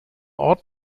ort